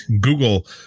Google